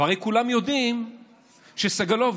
הרי כולם יודעים שסגלוביץ'